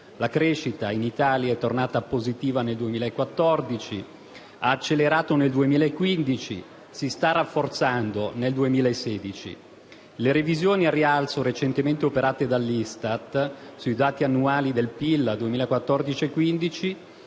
La crescita in Italia è tornata positiva nel 2014, ha accelerato nel 2015 e si sta rafforzando nel 2016. Le revisioni al rialzo recentemente operate dall'ISTAT sui dati annuali del PIL al 2014-2015